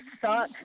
suck